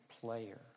player